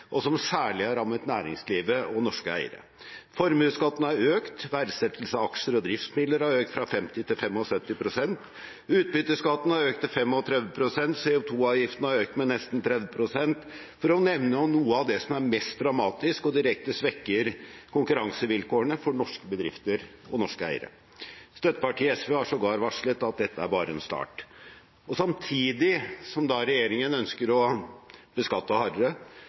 som særlig har rammet næringslivet og norske eiere: Formuesskatten har økt. Verdsettelsen av aksjer og driftsmidler har økt fra 50 pst. til 75 pst. Utbytteskatten har økt til 35 pst., CO 2 -avgiften har økt med nesten 30 pst., for å nevne noe av det som er mest dramatisk og direkte svekker konkurransevilkårene for norske bedrifter og norske eiere. Støttepartiet SV har sågar varslet at dette er bare en start. Samtidig som regjeringen ønsker å beskatte hardere,